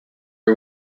are